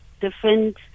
different